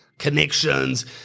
connections